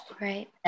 right